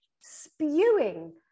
spewing